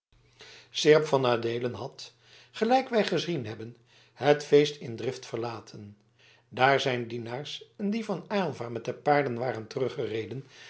seerp van adeelen had gelijk wij gezien hebben het feest in drift verlaten daar zijn dienaars en die van aylva met de paarden waren teruggereden